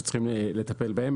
שצריך לטפל בהן,